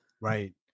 Right